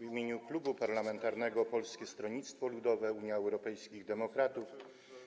W imieniu Klubu Parlamentarnego Polskiego Stronnictwa Ludowego - Unii Europejskich Demokratów